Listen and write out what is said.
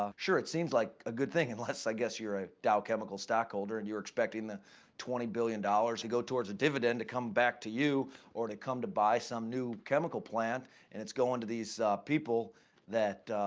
ah sure it seems like a good thing, unless, i guess, you're a dow chemical stockholder, and you're expecting the twenty billion dollars to go towards a dividend to come back to you or to come to buy some new chemical plant, and it's going to these people that,